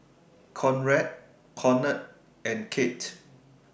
Conrad Conard and Kate